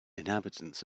inhabitants